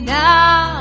now